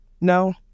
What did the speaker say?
no